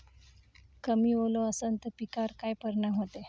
कमी ओल असनं त पिकावर काय परिनाम होते?